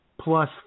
plus